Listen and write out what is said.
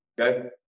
Okay